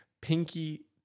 Pinky